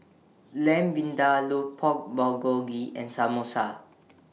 Lamb Vindaloo Pork Bulgogi and Samosa